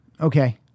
Okay